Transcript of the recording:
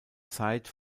zeit